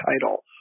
title